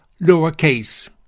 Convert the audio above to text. lowercase